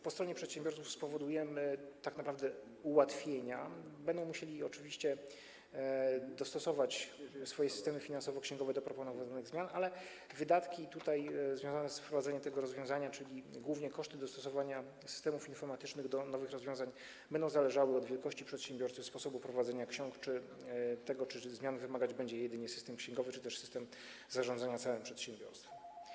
Po stronie przedsiębiorców spowodujemy tak naprawdę ułatwienia, będą oni musieli oczywiście dostosować swoje systemy finansowo-księgowe do proponowanych zmian, ale wydatki związane z wprowadzeniem tego rozwiązania, czyli głównie koszty dostosowania systemów informatycznych do nowych rozwiązań, będą zależały od wielkości przedsiębiorcy, sposobu prowadzenia ksiąg czy tego, czy zmian wymagać będzie jedynie system księgowy czy też system zarządzania całym przedsiębiorstwem.